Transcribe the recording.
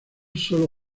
solo